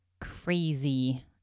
crazy